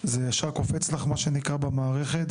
זה ישר קופץ לך, מה שנקרא, במערכת.